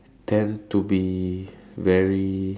tend to be very